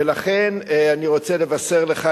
ולכן אני רוצה לבשר לך,